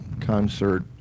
concert